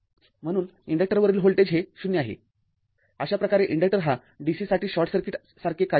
म्हणूनइन्डक्टरवरील voltage हे ० आहे अशा प्रकारे इन्डक्टर हा dc साठी शॉर्ट सर्किट सारखे कार्य करतो